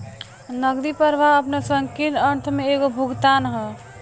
नगदी प्रवाह आपना संकीर्ण अर्थ में एगो भुगतान ह